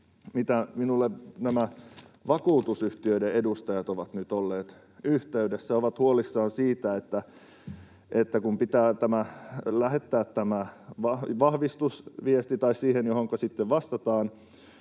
siitä, mistä vakuutusyhtiöiden edustajat ovat nyt olleet minuun yhteydessä: he ovat huolissaan siitä, että kun pitää lähettää vahvistusviesti tai se, johonka sitten vastataan,